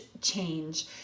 change